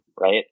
right